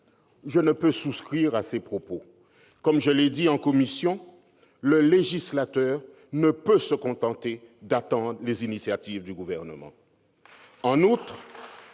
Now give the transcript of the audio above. Je ne puis souscrire à cet argument : comme je l'ai dit en commission, le législateur ne peut se contenter d'attendre les initiatives du Gouvernement ! En outre,